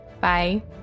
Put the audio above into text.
Bye